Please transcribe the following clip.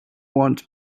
want